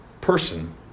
person